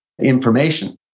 information